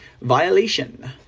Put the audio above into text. Violation